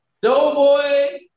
Doughboy